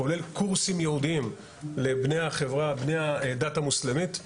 כולל קורסים ייעודיים לבני הדת המוסלמית,